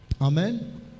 Amen